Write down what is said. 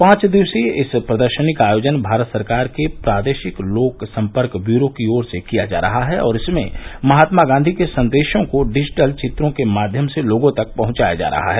पांच दिवसीय इस प्रदर्शनी का आयोजन भारत सरकार के प्रादेशिक लोक संपर्क ब्यूरो की ओर से किया जा रहा है और इसमें महात्मा गांधी के संदेशों को डिजिटल चित्रों के माध्यम से लोगों तक पहुंचाया जा रहा है